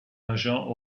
agent